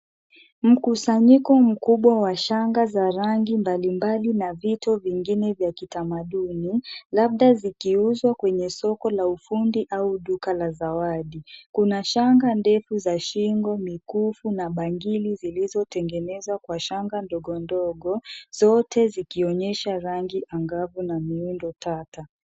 Mkusanyiko mkubwa wa shanga za rangi mbalimbali na vitu vingine vya kitamaduni, labda zikiuzwa kwenye soko la ufundi au duka la zawadi. Kuna shanga ndefu za shingo, mikufu na bangili zilizotengenezwa kwa shanga ndogondogo, zote zikionyesha rangi angavu na miundo tata.